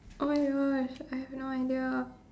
oh my Gosh I have no idea